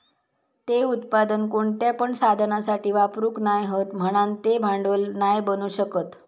ते उत्पादन कोणत्या पण साधनासाठी वापरूक नाय हत म्हणान ते भांडवल नाय बनू शकत